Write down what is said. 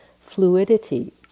fluidity